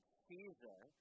Caesar